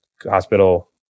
hospital